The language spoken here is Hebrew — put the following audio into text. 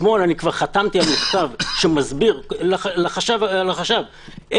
אתמול כבר חתמתי על מכתב שמסביר לחשב איך